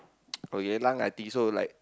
oh Geylang I think so like